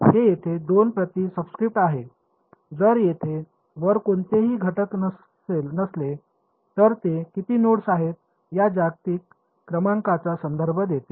हे येथे दोन प्रती सबस्क्रिप्ट आहे जर येथे वर कोणतेही घटक नसले तर ते किती नोड्स आहेत या जागतिक क्रमांकाचा संदर्भ देते